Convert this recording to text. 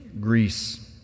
Greece